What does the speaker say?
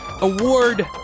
award